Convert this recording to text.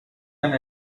and